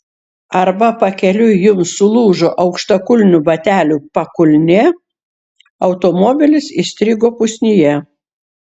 arba pakeliui jums sulūžo aukštakulnių batelių pakulnė automobilis įstrigo pusnyje